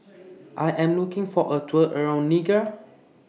I Am looking For A Tour around Niger